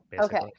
Okay